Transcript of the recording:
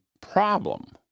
problem